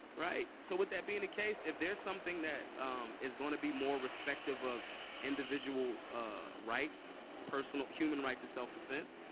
right? so with that being the case, if there's something that is gonna be more respective of individual ah rights, personal, human right of self-defense,